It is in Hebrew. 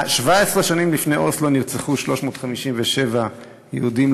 17 שנים לפני אוסלו נרצחו 357 יהודים,